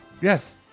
Yes